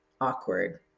awkward